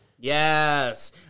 Yes